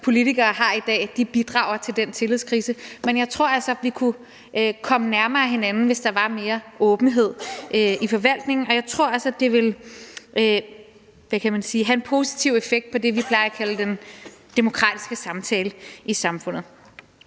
politikere har i dag, bidrager til den tillidskrise, men jeg tror altså, at vi kunne komme hinanden nærmere, hvis der var mere åbenhed i forvaltningen, og jeg tror også, at det, hvad kan man sige, ville have en positiv effekt på det, vi plejer at kalde den demokratiske samtale i samfundet.